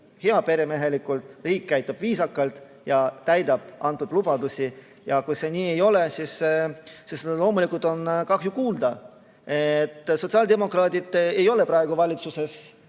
heaperemehelikult, käitub viisakalt ja täidab antud lubadusi. Kui see nii ei ole, siis loomulikult on seda kahju kuulda. Sotsiaaldemokraadid ei ole praegu valitsuses,